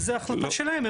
זוהי החלטה שלהם.